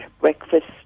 breakfast